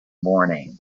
morning